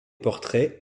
portraits